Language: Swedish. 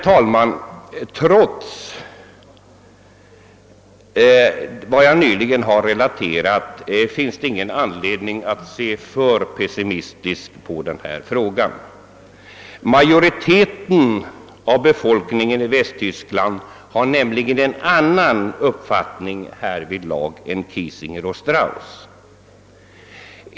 Trots vad jag nu har relaterat finns det ingen anledning att se för pessimistiskt på den frågan. Majoriteten av befolkningen i Västtyskland har nämligen en annan uppfattning härvidlag än Kiesinger och Strauss.